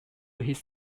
his